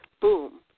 Boom